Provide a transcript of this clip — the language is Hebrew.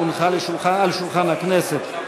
הונחה על שולחן הכנסת.